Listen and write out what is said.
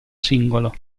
singolo